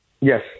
Yes